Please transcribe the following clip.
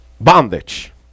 Bondage